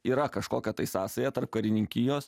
yra kažkokia tai sąsaja tarp karininkijos